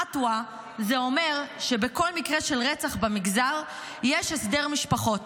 עטווה זה אומר שבכל מקרה של רצח במגזר יש הסדר משפחות.